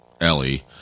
Ellie